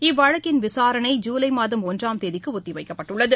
இவ்வழக்கின் விசாரணை ஜூலை மாதம் ஒன்றாம் தேதிக்கு ஒத்திவைக்கப்பட்டுள்ளது